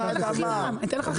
אדמה.